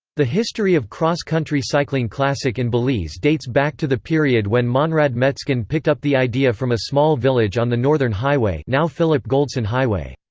the history of cross country cycling classic in belize dates back to the period when monrad metzgen picked up the idea from a small village on the northern highway now phillip goldson highway.